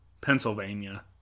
Pennsylvania